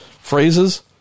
phrases